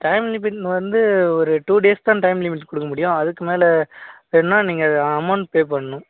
time limit வந்து ஒரு two days தான் டைம் லிமிட் கொடுக்க முடியும் அதற்கு மேலே வேணுன்னா நீங்கள் அமௌண்ட் பே பண்ணணும்